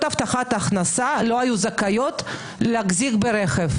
הבטחת הכנסה לא היו זכאיות להחזיק ברכב.